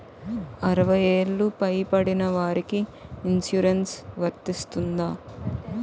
అరవై ఏళ్లు పై పడిన వారికి ఇన్సురెన్స్ వర్తిస్తుందా?